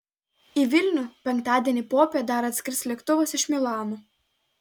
į vilnių penktadienį popiet dar atskris lėktuvas iš milano